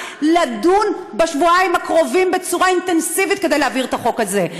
לדון בשבועיים הקרובים בצורה אינטנסיבית כדי להעביר את החוק הזה.